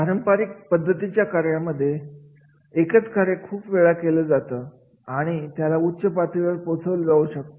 पारंपरिक पद्धतीच्या कार्यामध्ये एकच कार्य खूप वेळ केलं जातं आणि त्याला उच्च पातळीवर पोहोचवले जाऊ शकते